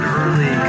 early